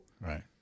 Right